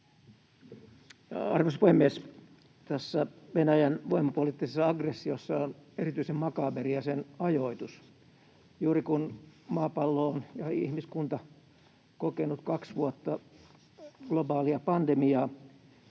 Arvoisa puhemies! Tässä Venäjän voimapoliittisessa aggressiossa on erityisen makaaberia sen ajoitus juuri nyt, kun maapallo, ja ihmiskunta, on kokenut kaksi vuotta globaalia pandemiaa